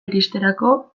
iristerako